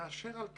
אשר על כן,